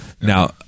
Now